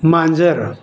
मांजर